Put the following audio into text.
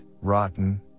rotten